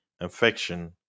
infection